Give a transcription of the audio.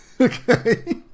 Okay